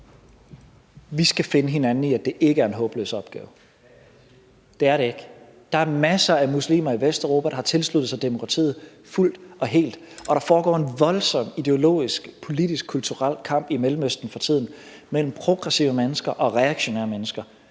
Vi skal finde hinanden i, at det ikke er en håbløs opgave. Det er det ikke. Der er masser af muslimer i Vesteuropa, der har tilsluttet sig demokratiet fuldt og helt, og der foregår for tiden en voldsom ideologisk, politisk og kulturel kamp i Mellemøsten mellem progressive mennesker og reaktionære mennesker.